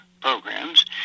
programs